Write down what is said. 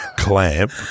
Clamp